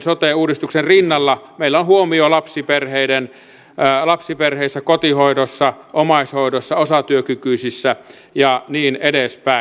sote uudistuksen rinnalla meillä on huomio lapsiperheissä kotihoidossa omaishoidossa osatyökykyisissä ja niin edespäin